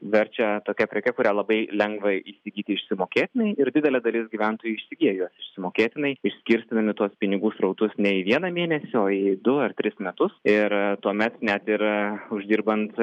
verčia tokia preke kurią labai lengva įsigyti išsimokėtinai ir didelė dalis gyventojų įsigyja juos išsimokėtinai išskirstydami tuos pinigų srautus ne į vieną mėnesį o į du ar tris metus ir tuomet net ir uždirbant